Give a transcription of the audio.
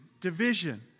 division